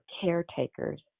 caretakers